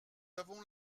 avons